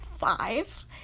five